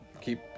keep